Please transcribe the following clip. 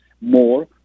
more